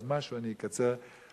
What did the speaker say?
אז משהו אני אקצר מהזמן.